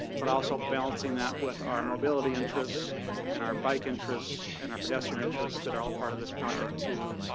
but also balancing that with our mobility interests and our bike interests and our pedestrian interests that are all part of this project, too,